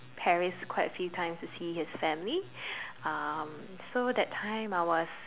Paris quite a few times to see his family um so that time I was